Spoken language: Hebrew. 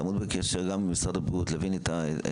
ותעמדו בקשר גם עם משרד הבריאות כדי להבין את המשמעויות,